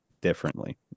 differently